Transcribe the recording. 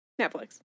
Netflix